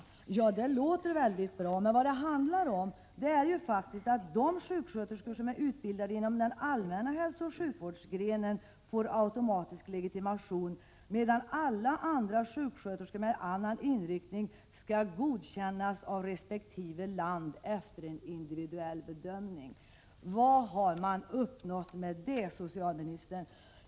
Det som socialministern säger låter mycket bra, men vad det handlar om är att de sjuksköterskor som är utbildade inom den allmänna hälsooch sjukvårdsgrenen automatiskt får legitimation, medan alla andra sjuksköterskor med annan inriktning skall godkännas av resp. lands myndigheter på området efter en individuell bedömning. Vad har man uppnått med detta, socialministern?